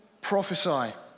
prophesy